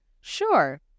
Sure